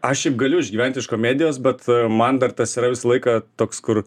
aš šiaip galiu išgyventi iš komedijos bet man dar tas yra visą laiką toks kur